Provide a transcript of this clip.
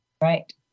Right